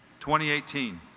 twenty eighteen